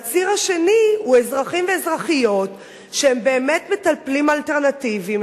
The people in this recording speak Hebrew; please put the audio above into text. הציר השני הוא אזרחים ואזרחיות שהם באמת מטפלים אלטרנטיבים,